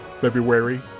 February